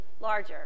larger